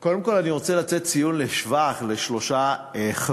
קודם כול אני רוצה לתת ציון לשבח לשלושה חברים,